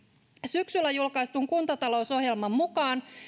syksyllä julkaistun kuntatalousohjelman mukaan